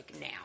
now